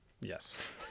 yes